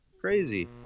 Crazy